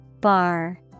Bar